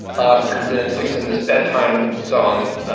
um comes in and sings him this bedtime song,